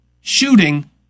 shooting